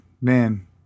man